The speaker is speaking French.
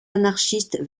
anarchistes